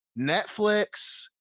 netflix